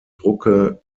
drucke